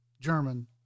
German